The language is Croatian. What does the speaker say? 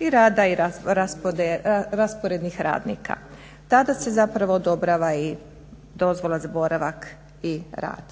i rada rasporednih radnika. Tada se zapravo odobrava i dozvola za boravak i rad.